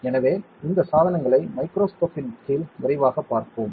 எனவே இந்த சாதனங்களை மைக்ரோஸ்கோப் இன் கீழ் விரைவாகப் பார்ப்போம்